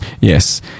Yes